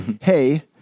Hey